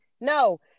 no